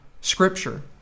Scripture